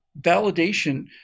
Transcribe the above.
validation